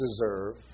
deserve